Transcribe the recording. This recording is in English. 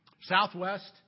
southwest